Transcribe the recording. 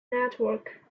network